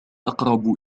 أقرب